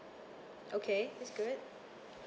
okay that's good